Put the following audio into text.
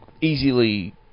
easily